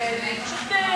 זה פשוט,